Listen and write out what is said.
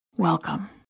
Welcome